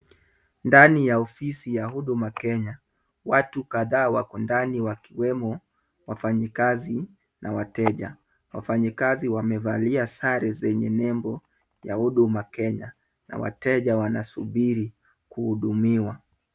Ndani ya ofisi ya Huduma Kenya, watu kadhaa wako ndani wakiwemo wafanyikazi na wateja, wafanyikazi wamevalia sare zenye nembo ya Huduma Kenya na wateja wanasubiri kuhudumiwa.